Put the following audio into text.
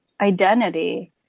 identity